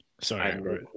Sorry